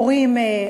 הורים,